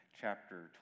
chapter